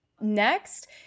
next